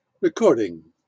recording